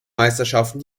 meisterschaften